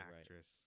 actress